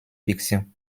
fiction